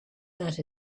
that